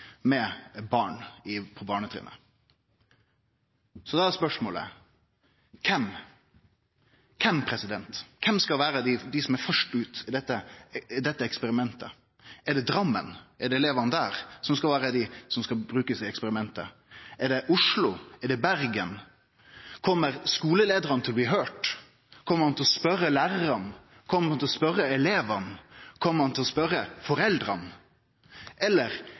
med barn på barnetrinnet. Da er spørsmålet: Kven skal vere dei som er først ut i dette eksperimentet? Er det Drammen og elevane der som skal bli brukte i eksperimentet? Er det Oslo? Er det Bergen? Kjem skuleleiarane til å bli høyrde? Kjem ein til å spørje lærarane? Kjem ein til å spørje elevane? Kjem ein til å spørje foreldra? Eller